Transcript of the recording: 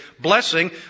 blessing